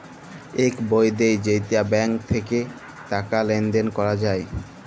ইক বই দেয় যেইটা ব্যাঙ্ক থাক্যে টাকা লেলদেল ক্যরা যায়